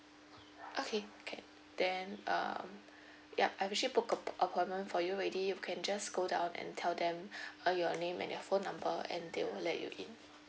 okay can then um yup I actually booked a appointment for you already you can just go down and tell them uh your name and your phone number and they will let you in